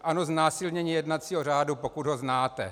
Ano, znásilnění jednacího řádu, pokud ho znáte.